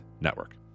Network